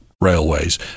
railways